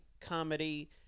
comedy